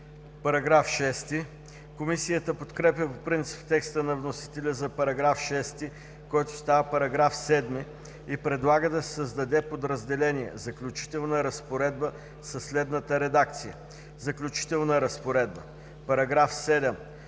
КИРИЛОВ: Комисията подкрепя по принцип текста на вносителя за § 6, който става § 7, и предлага да се създаде подразделение „Заключителна разпоредба“ със следната редакция: „Заключителна разпоредба § 7.